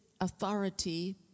authority